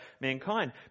mankind